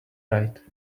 right